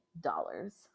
dollars